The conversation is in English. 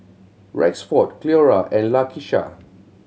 Rexford Cleora and Lakisha